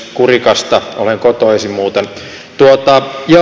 kurikasta olen kotoisin muuten